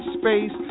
space